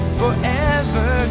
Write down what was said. forever